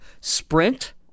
Sprint